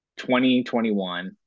2021